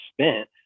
spent